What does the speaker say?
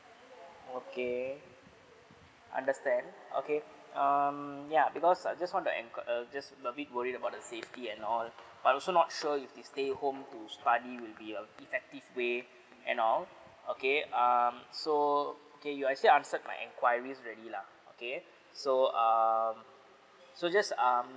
okay understand okay um ya because I just want the inqui~ uh just a bit worried about the safety and all but also not sure if they stay home to study will be a effective way and all okay um so okay you actually answered my enquiries already lah okay so um so just um